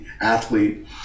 athlete